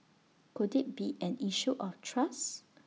could IT be an issue of trust